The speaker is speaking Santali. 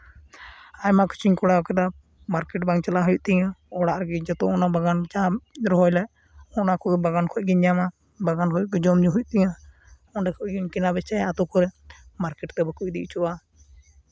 ᱟᱭᱢᱟ ᱠᱤᱪᱷᱩᱧ ᱠᱚᱨᱟᱣ ᱠᱮᱫᱟ ᱢᱟᱨᱠᱮᱹᱴ ᱵᱟᱝ ᱪᱟᱞᱟᱜ ᱦᱩᱭᱩᱜ ᱛᱤᱧᱟᱹ ᱚᱲᱟᱜ ᱨᱮᱜᱮ ᱡᱚᱛᱚ ᱚᱱᱟ ᱵᱟᱜᱟᱱ ᱡᱟᱦᱟᱸ ᱨᱚᱦᱚᱭ ᱞᱮᱫ ᱚᱱᱟ ᱠᱚ ᱵᱟᱜᱟᱱ ᱠᱷᱚᱱ ᱜᱤᱧ ᱧᱟᱢᱟ ᱵᱟᱜᱟᱱ ᱠᱷᱚᱱ ᱜᱮ ᱡᱚᱢᱼᱧᱩ ᱦᱩᱭᱩᱜ ᱛᱤᱧᱟᱹ ᱚᱸᱰᱮ ᱠᱷᱚᱱ ᱜᱤᱧ ᱠᱮᱱᱟᱼᱵᱮᱪᱟᱭᱟ ᱟᱛᱳ ᱠᱚᱨᱮ ᱢᱟᱨᱠᱮᱹᱴ ᱛᱮ ᱵᱟᱠᱚ ᱤᱫᱤ ᱚᱪᱚᱣᱟᱜᱼᱟ